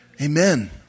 Amen